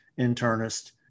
internist